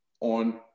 on